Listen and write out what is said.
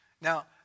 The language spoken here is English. Now